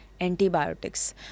antibiotics